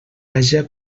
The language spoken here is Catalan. haja